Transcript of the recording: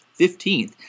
15th